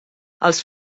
els